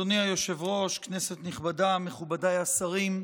אדוני היושב-ראש, כנסת נכבדה, מכובדיי השרים,